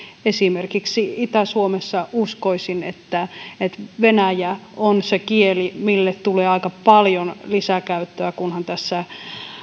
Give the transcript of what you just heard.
esimerkiksi itä suomessa uskoisin että että venäjä on se kieli mille tulee aika paljon lisäkäyttöä kunhan tässä